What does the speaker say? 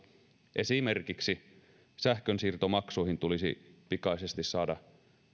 esimerkiksi sähkönsiirtomaksuihin tulisi pikaisesti saada